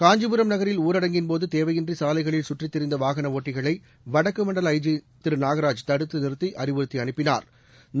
காஞ்சிபுரம் நகரில் ஊரடங்கின் போது தேவையின்றி சாலைகளில் சுற்றித் திரிந்த வாகன ஒட்டிகளை வடக்கு மண்டல ஐஐி நாகராஜ் தடுத்து நிறுத்தி அறிவுறுத்தி அனுப்பினாா்